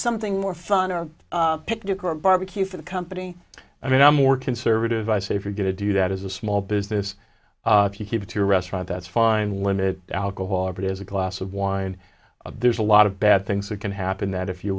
something more fun a picnic or a barbecue for the company i mean i'm more conservative i say if you're going to do that as a small business if you keep it to your restaurant that's fine limit alcohol but as a glass of wine there's a lot of bad things that can happen that if you